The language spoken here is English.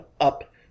up